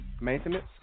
Maintenance